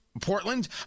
Portland